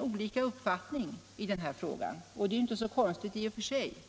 olika uppfattningar i den här frågan, och det är i och för sig inte så konstigt.